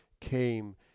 came